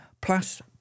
plus